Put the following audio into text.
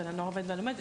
של ׳הנוער העובד והלומד׳,